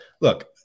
look